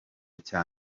cya